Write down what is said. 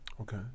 Okay